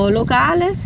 locale